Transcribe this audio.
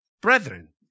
brethren